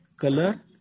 color